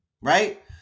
right